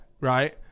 Right